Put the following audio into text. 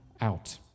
out